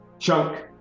chunk